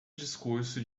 discurso